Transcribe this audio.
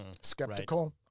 Skeptical